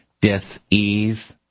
dis-ease